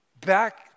back